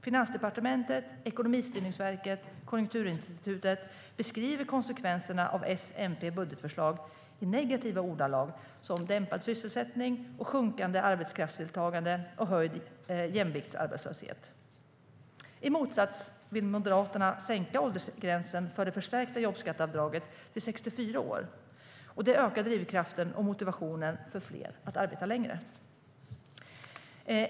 Finansdepartementet, Ekonomistyrningsverket och Konjunkturinstitutet beskriver konsekvenserna av budgetförslaget från S och MP i negativa ordalag, till exempel dämpad sysselsättning, sjunkande arbetskraftsdeltagande och höjd jämviktsarbetslöshet. I stället vill Moderaterna sänka åldersgränsen för det förstärkta jobbskatteavdraget till 64 år. Det ökar drivkraften och motivationen för fler att arbeta längre.